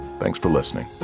thanks for listening